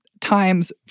times